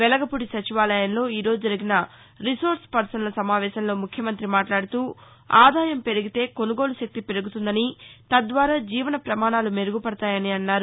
వెలగఫూడి సచివాలయంలో ఈ రోజు జరిగిన రిసోర్స్పర్సన్ల సమావేశంలో ముఖ్యమంతి మాట్లాడుతూ ఆదాయం పెరిగితే కౌనుగోలు శక్తి పెరుగుతుందని తద్వారా జీవన పమాణాలు మెరుగుపడతామని అన్నారు